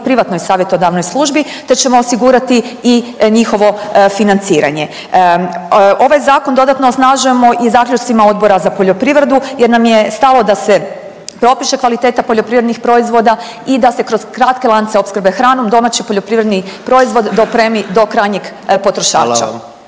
privatnoj savjetodavnoj službi, te ćemo osigurati i njihovo financiranje. Ovaj zakon dodatno osnažujemo i zaključcima Odbora za poljoprivredu jer nam je stalo da se propiše kvaliteta poljoprivrednih proizvoda i da se kroz kratke lance opskrbe hranom domaći poljoprivredni proizvod dopremi do krajnjeg potrošača.